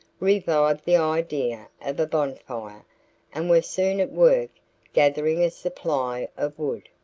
revived the idea of a bonfire and were soon at work gathering a supply of wood.